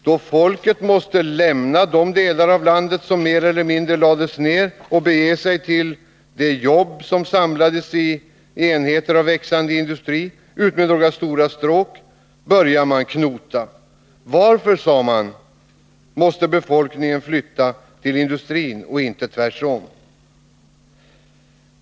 Då folket måste lämna de delar av landet som mer eller mindre lades ned och bege sig till de jobb som samlades i enheter av växande industri utmed några stora stråk, började man knota. Varför, sade man, måste befolkningen flytta till industrin och inte tvärtom?